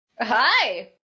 Hi